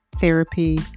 therapy